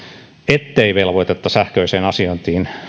ettei velvoitetta sähköiseen asiointiin